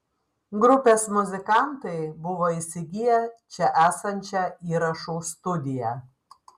grupės muzikantai buvo įsigiję čia esančią įrašų studiją